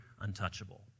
untouchable